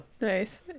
Nice